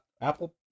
Apple